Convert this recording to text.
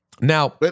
Now